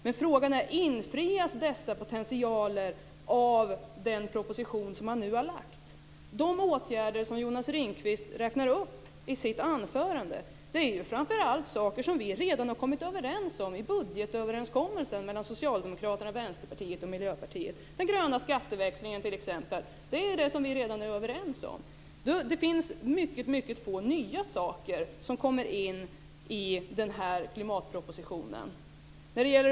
Men frågan är om sådana potentialer infrias av den proposition som nu lagts fram. De åtgärder som Jonas Ringqvist räknade upp i sitt anförande är framför allt saker som vi redan enats om i budgetöverenskommelsen mellan Socialdemokraterna, Vänsterpartiet och Miljöpartiet. Den gröna skatteväxlingen t.ex. är vi ju redan överens om. Det är mycket få nya saker som kommer in i den här klimatpropositionen.